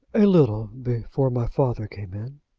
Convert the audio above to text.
a little before my father came in.